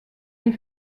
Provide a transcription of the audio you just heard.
des